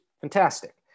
fantastic